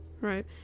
right